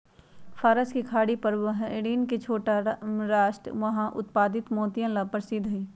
फारस के खाड़ी पर बहरीन के छोटा राष्ट्र वहां उत्पादित मोतियन ला प्रसिद्ध हई